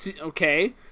okay